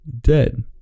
Dead